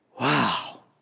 wow